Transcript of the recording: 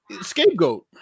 scapegoat